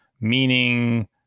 meaning